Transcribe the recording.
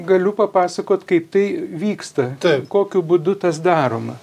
galiu papasakot kaip tai vyksta kokiu būdu tas daroma